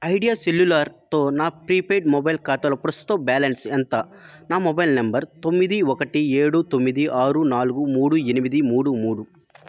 idea సెల్యులార్తో నా prepaid mobile ఖాతాలో ప్రస్తుతం బ్యాలెన్స్ ఎంత నా మొబైల్ నెంబర్ తొమ్మిది ఒకటి ఏడు తొమ్మిది ఆరు నాలుగు మూడు ఎనిమిది మూడు మూడు